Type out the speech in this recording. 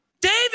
David